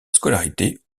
scolarité